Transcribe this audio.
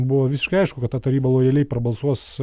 buvo visiškai aišku kad ta taryba lojaliai prabalsuos